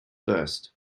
first